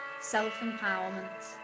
self-empowerment